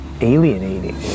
alienating